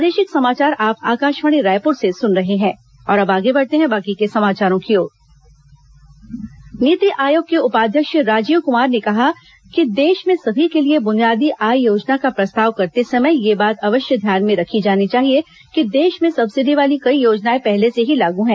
वर्षांत कार्यक्रम श्रंखला नीति आयोग के उपाध्यक्ष राजीव कुमार ने कहा कि देश में सभी के लिए बुनियादी आय योजना का प्रस्ताव करते समय यह बात अवश्य ध्यान में रखी जानी चाहिए कि देश में सब्सिडी वाली कई योजनाए पहले से ही लागू हैं